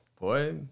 Boy